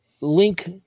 Link